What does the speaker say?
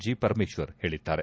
G Parameshwar ಹೇಳಿದ್ದಾರೆ